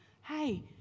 Hey